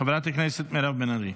חברת הכנסת מירב בן ארי.